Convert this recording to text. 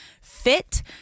fit